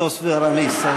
פורתוס ואראמיס.